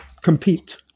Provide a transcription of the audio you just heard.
compete